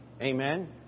Amen